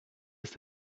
ist